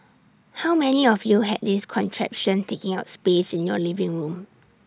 how many of you had this contraption taking up space in your living room